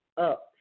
up